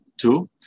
Two